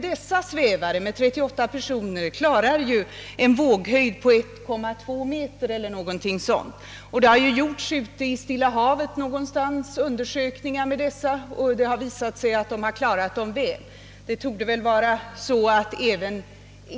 Dessa svävare för 38 personer klarar emellertid en våghöjd på ungefär 1,2 meter, och det har gjorts undersökningar någonstans i Stilla havet som har visat att de klarar sjögången där väl.